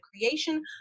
creation